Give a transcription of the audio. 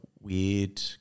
weird